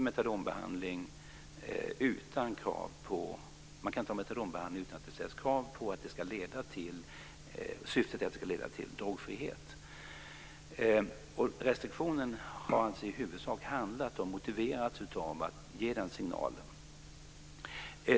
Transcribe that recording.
Man kan alltså inte ha metadonbehandling utan att syftet är att det ska leda till drogfrihet. Restriktionen har i huvudsak handlat om och motiverats av ge den signalen.